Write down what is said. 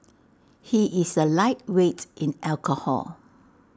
he is A lightweight in alcohol